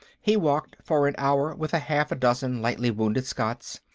he walked for an hour with half a dozen lightly wounded scots,